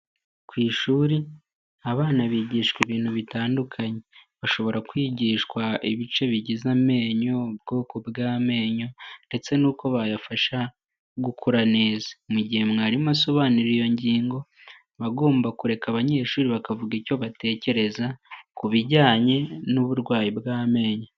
Ku ishuri abana bigishwa ibintu bitandukanye. Bashobora kwigishwa ibice bigize amenyo, ubwoko bw'amenyo ndetse n'uko bayafasha gukura neza, mu gihe mwarimu asobanura iyo ngingo aba agomba kureka abanyeshuri bakavuga icyo batekereza ku bijyanye n'uburwayi bw'amenyo.